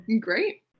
Great